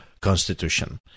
constitution